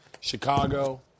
Chicago